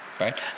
Right